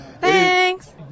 Thanks